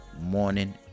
morning